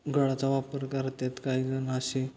गळाचा वापर करतात काही जण अशी